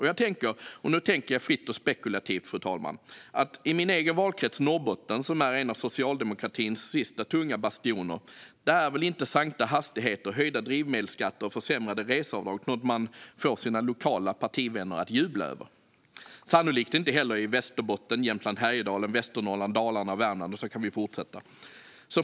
Jag tänker - och nu tänker jag fritt och spekulativt, fru talman - att i min egen valkrets Norrbotten, som är en av socialdemokratins sista tunga bastioner, är väl inte sänkta hastigheter, höjda drivmedelsskatter och försämrade reseavdrag något man får sina lokala partivänner att jubla över. Sannolikt är det inte heller så i Västerbotten. Jämtland Härjedalen, Västernorrland, Dalarna och Värmland - så kan vi fortsätta.